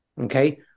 okay